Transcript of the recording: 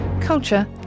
culture